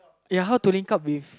ya how to link up with